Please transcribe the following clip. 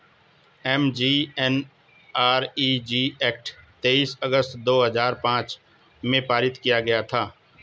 MGNREG act तेईस अगस्त दो हजार पांच में पारित किया गया था